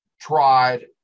tried